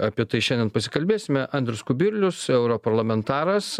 apie tai šiandien pasikalbėsime andrius kubilius europarlamentaras